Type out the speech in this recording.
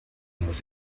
muss